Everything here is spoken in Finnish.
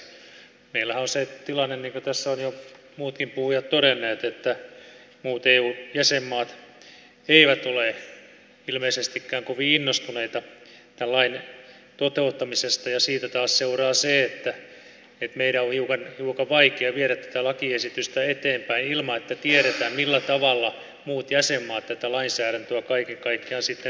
meillähän on se tilanne niin kuin tässä ovat jo muutkin puhujat todenneet että muut eun jäsenmaat eivät ole ilmeisestikään kovin innostuneita tämän lain toteuttamisesta ja siitä taas seuraa se että meidän on hiukan vaikea viedä tätä lakiesitystä eteenpäin ilman että tiedetään millä tavalla muut jäsenmaat tätä lainsäädäntöä kaiken kaikkiaan sitten toteuttavat